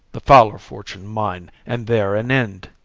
the fouler fortune mine, and there an end.